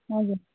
हजुर